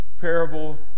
parable